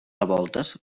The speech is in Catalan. revoltes